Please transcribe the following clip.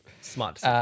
smart